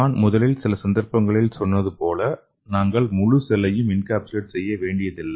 நான் முன்பு சில சந்தர்ப்பங்களில் சொன்னது போல நாங்கள் முழு செல்லையும் என்கேப்சுலேட் செய்ய வேண்டியதில்லை